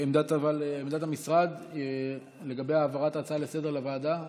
עמדת המשרד לגבי העברת ההצעה לסדר-היום לוועדה?